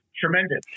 tremendous